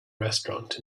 restaurant